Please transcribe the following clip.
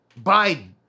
Biden